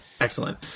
Excellent